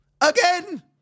Again